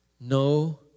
no